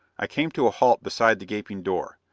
i came to a halt beside the gaping door.